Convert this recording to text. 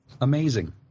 amazing